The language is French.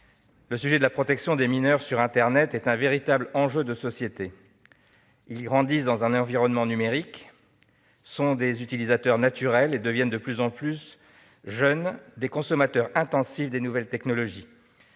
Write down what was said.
le sujet de la protection des mineurs sur internet est un véritable enjeu de société. Nos enfants grandissent dans un environnement numérique, sont des utilisateurs naturels et deviennent de plus en plus jeunes des consommateurs intensifs des nouvelles technologies.